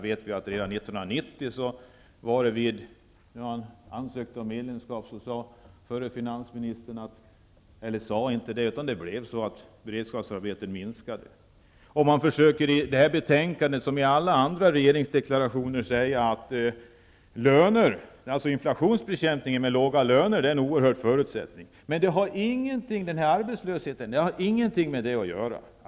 Vi vet att redan 1990 när vi ansökte om medlemskap i EG minskade antalet beredskapsarbeten. I betänkandet, som i alla andra regeringsdeklarationer, försöker man säga att inflationsbekämpning med låga löner är en förutsättning. Men arbetslösheten har ingenting med det att göra.